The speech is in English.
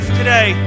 today